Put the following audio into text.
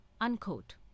unquote